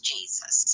Jesus